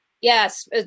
yes